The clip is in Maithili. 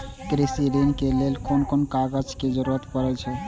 कृषि ऋण के लेल कोन कोन कागज के जरुरत परे छै?